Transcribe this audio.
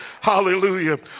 Hallelujah